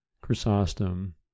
Chrysostom